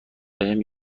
بهم